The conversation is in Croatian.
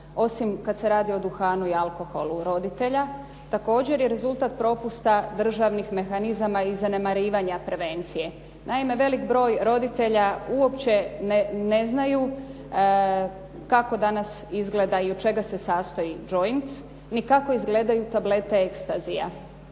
osim kad se radi o duhanu i alkoholu roditelja, također je rezultat propusta državnih mehanizama i zanemarivanja prevencije. Naime, velik broj roditelja uopće ne znaju kako danas izgleda i od čega se sastoji joint, ni kako izgledaju tablete ectasyja.